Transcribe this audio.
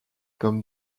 comme